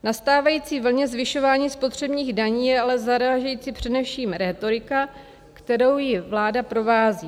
Na stávající vlně zvyšování spotřebních daní je ale zarážející především rétorika, kterou ji vláda provází.